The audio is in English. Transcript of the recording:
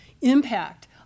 impact